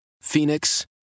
Phoenix